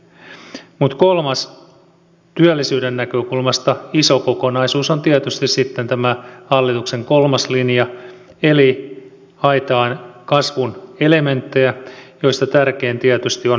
mutta työllisyyden näkökulmasta iso kokonaisuus on tietysti sitten tämä hallituksen kolmas linja eli haetaan kasvun elementtejä joista tärkein tietysti on yhteiskuntasopimus